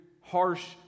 harsh